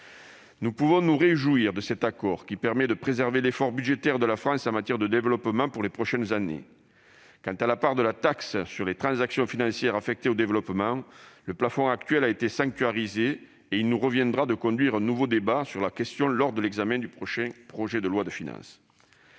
Nous pouvons nous réjouir de cet accord qui permet de préserver l'effort budgétaire de la France en matière de développement pour les prochaines années. Quant à la part de taxe sur les transactions financières (TTF) affectée au développement, le plafond actuel a été sanctuarisé et il nous reviendra de conduire un nouveau débat sur cette question lors de l'examen du prochain projet de loi de finances.